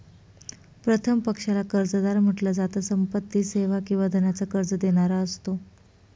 प्रथम पक्षाला कर्जदार म्हंटल जात, संपत्ती, सेवा किंवा धनाच कर्ज देणारा असतो